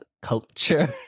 culture